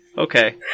Okay